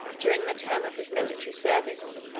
during the term of his military service,